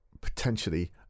potentially